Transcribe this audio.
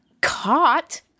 caught